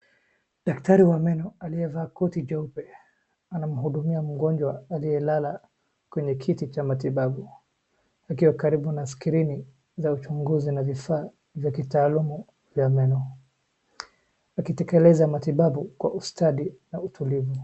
Daktari wa meno aliyevaa koti jeupe anamhudumia mgonjwa aliyelala kwenye kiti cha matibabu akiwa karibu na skrini na uchunguzi na vifaa vya kitaalumu ya meno, akitekeleza matibabu kwa ustadi na utulivu.